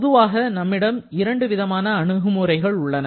பொதுவாக நம்மிடம் இரண்டுவிதமான அணுகுமுறைகள் உள்ளன